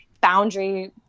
boundary